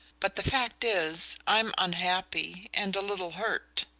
but the fact is i'm unhappy and a little hurt